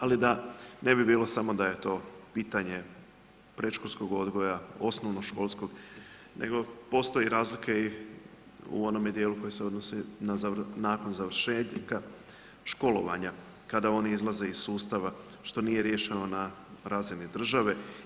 Ali da ne bi bilo samo da je to pitanje predškolskog odgoja, osnovnoškolskog, nego postoji razlike i u onome djelu koji se odnosi nakon završetka školovanja kada oni izlaze iz sustava što nije riješeno na razini države.